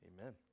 Amen